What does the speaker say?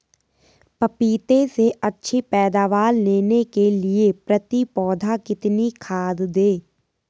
पपीते से अच्छी पैदावार लेने के लिए प्रति पौधा कितनी खाद दें?